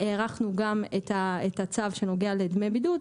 הארכנו גם את הצו שנוגע לדמי בידוד,